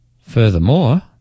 Furthermore